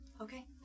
Okay